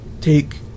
take